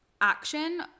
action